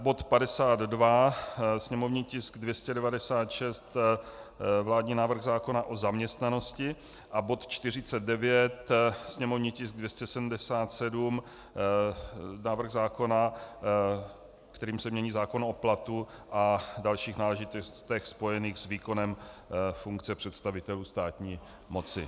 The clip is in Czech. Bod 52, sněmovní tisk 296, vládní návrh zákona o zaměstnanosti, a bod 49, sněmovní tisk 277, návrh zákona, kterým se mění zákon o platu a dalších náležitostech spojených s výkonem funkce představitelů státní moci.